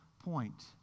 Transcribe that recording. point